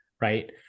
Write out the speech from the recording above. right